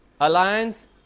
alliance